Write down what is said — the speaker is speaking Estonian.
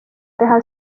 teha